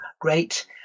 great –